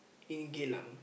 in Geylang